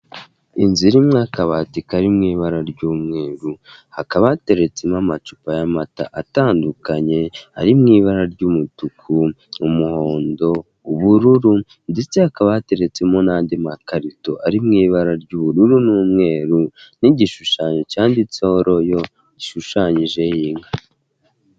Inzu irimo akabati kari mu ibara ry'umweru, hakaba hateretsemo amacupa y'amata atandukanye, ari mu ibara ry'umutuku, umuhondo, ubururu ndetse hakaba hateretsemo n'andi makarito ari mu ibara ry'ubururu n'umweru n'igishushanyo cyanditseho royo gishushanyijeho inka.